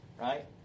Right